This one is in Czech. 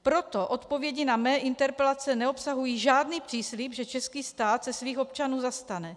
Proto odpovědi na mé interpelace neobsahují žádný příslib, že český stát se svých občanů zastane.